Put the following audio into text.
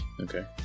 Okay